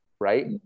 right